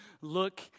look